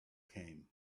came